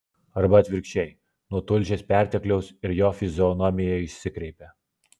arba atvirkščiai nuo tulžies pertekliaus ir jo fizionomija išsikreipė